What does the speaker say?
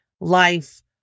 life